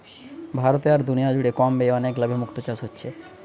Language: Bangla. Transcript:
ভারতে আর দুনিয়া জুড়ে কম ব্যয়ে অনেক লাভে মুক্তো চাষ হচ্ছে